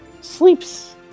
sleeps